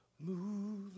move